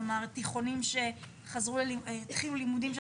כלומר תיכונים שהתחילו לימודים של